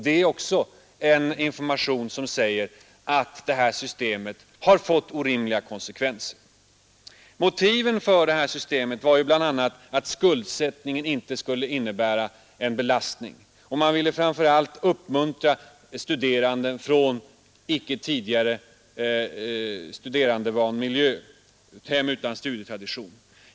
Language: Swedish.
Det är också en information som säger att detta system fått orimliga konsekvenser. Motiven för systemet var ju bl.a. att skuldsättningen inte skulle innebära en belastning. Man ville framför allt uppmuntra studerande från ickestudievan miljö, hem utan studietraditioner.